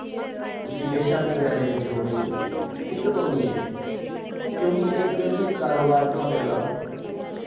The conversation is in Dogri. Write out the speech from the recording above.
उसी बेशक ग्राएं बिच रोह्ने ई दिक्कत औनी ऐ क्यूंकि इक ते उत्थै कारोबार स्हाबे दा